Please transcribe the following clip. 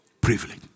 Privilege